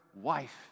wife